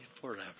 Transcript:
forever